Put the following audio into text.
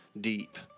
deep